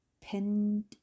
pinned